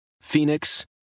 Phoenix